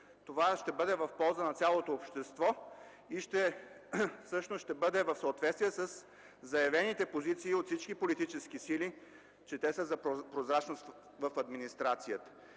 Това ще бъде в полза на цялото общество и всъщност ще бъде в съответствие със заявените позиции от всички политически сили, че те са за прозрачност в администрацията.